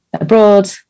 abroad